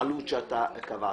חלוט שאתה קבעת.